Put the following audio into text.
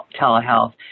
telehealth